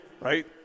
Right